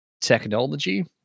technology